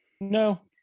No